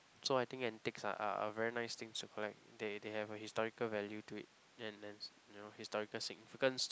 so I think antiques are are very nice thing to collect they they have a historical value to it and then you know historical significance